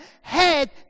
head